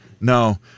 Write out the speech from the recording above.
No